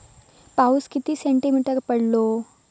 पाऊस किती सेंटीमीटर पडलो?